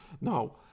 No